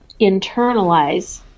internalize